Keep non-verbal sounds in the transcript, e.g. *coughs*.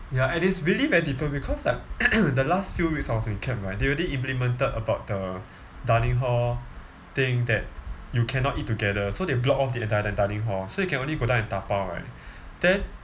ya and it's really very different because like *coughs* the last few weeks I was in cap right they already implemented about the dining hall thing that you cannot eat together so they block off the entire dining hall so you can only go down and dabao right then